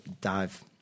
dive